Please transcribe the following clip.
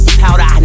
powder